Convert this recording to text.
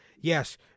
yes